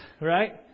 right